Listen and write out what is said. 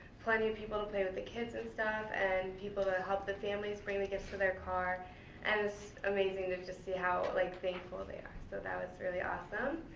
plenty of people to play with the kids and stuff, and people that help the families bring the gifts to their car and it's amazing to see how like thankful they are. so, that was really awesome,